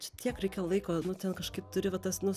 čia tiek reikia laiko nu ten kažkaip turi va tas nu